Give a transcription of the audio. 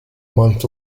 month